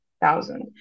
thousand